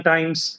Times